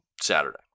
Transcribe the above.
Saturday